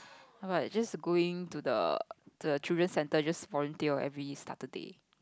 just going to the the children's centre just volunteer on every Saturday